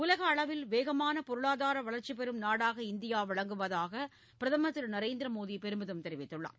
உலகளவில் வேகமான பொருளாதார வளர்ச்சி பெறும் நாடாக இந்தியா விளங்குவதாக பிரதமர் திருநரேந்திர மோடி பெருமிதம் தெரிவித்துள்ளார்